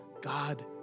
God